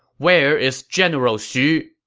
where is general xu?